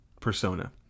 persona